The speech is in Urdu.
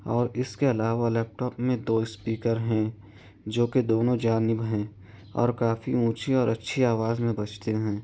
اور اس کے علاوہ لیپ ٹاپ میں دو اسپیکر ہیں جو کہ دونوں جانب ہیں اور کافی اونچی اور اچھی آواز میں بجتے ہیں